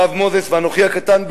הרב מוזס ואנוכי הקטן,